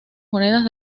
monedas